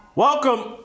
Welcome